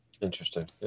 Interesting